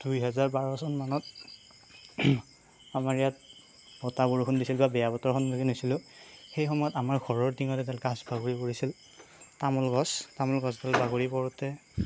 দুই হেজাৰ বাৰ চন মানত আমাৰ ইয়াত বতাহ বৰষুণ দিছিল বা বেয়া বতৰৰ সন্মুখীন হৈছিলোঁ সেই সময়ত আমাৰ ঘৰৰ টিঙত এডাল গাছ বাগৰি পৰিছিল তামোল গছ তামোল গছডাল বাগৰি পৰোঁতে